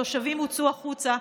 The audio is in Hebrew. התושבים הוצאו החוצה,